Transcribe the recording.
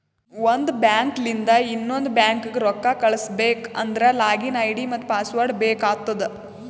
ಒಂದ್ ಬ್ಯಾಂಕ್ಲಿಂದ್ ಇನ್ನೊಂದು ಬ್ಯಾಂಕ್ಗ ರೊಕ್ಕಾ ಕಳುಸ್ಬೇಕ್ ಅಂದ್ರ ಲಾಗಿನ್ ಐ.ಡಿ ಮತ್ತ ಪಾಸ್ವರ್ಡ್ ಬೇಕ್ ಆತ್ತುದ್